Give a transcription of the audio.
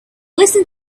listen